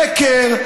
שקר.